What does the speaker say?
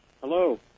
Hello